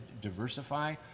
diversify